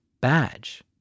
badge